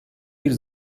bir